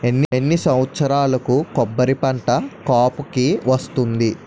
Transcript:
ఎన్ని సంవత్సరాలకు కొబ్బరి పంట కాపుకి వస్తుంది?